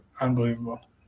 unbelievable